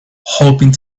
hoping